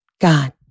God